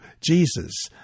Jesus